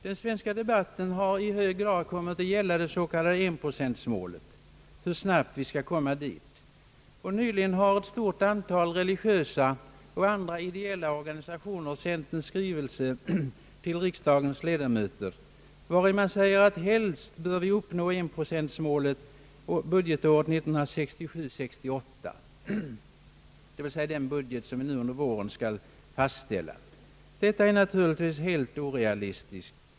Den svenska debatten har i hög grad kommit att gälla hur snabbt man skall nå det s.k. enprocentsmålet. Nyligen har ett stort antal religiösa och andra ideella organisationer sänt en skrivelse till riksdagens ledamöter. Där säger man att vi helst bör uppnå enprocentsmålet budgetåret 1967/68, d.v.s. i den budget vi nu under våren skall fastställa. Detta är naturligtvis helt orealistiskt.